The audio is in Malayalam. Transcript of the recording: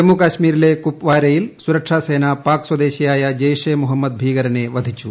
ജമ്മുകശ്മീരിലെ കുപ്വാരയിൽ സുരക്ഷാസേന പാക് സ്വദേശിയായ ജെയ്ഷെ മുഹമ്മദ് ഭീകരനെ വധിച്ചു